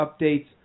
updates